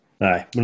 Aye